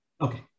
Okay